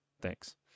Thanks